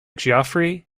geoffrey